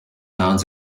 mounds